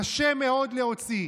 קשה מאוד להוציא.